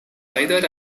either